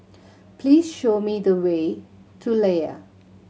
please show me the way to Layar